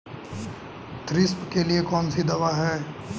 Thrips के लिए कौन सी दवा है?